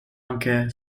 anche